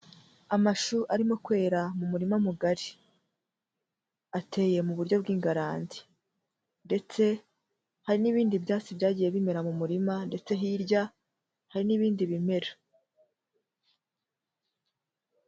Amashuri arimo kwera mu murima mugari, ateye mu buryo bw'ingarandi ndetse hari n'ibindi byatsi byagiye bimera mu murima ndetse hirya hari n'ibindi bimera.